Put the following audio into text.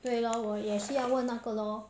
对咯我也是要问那个咯